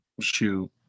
shoot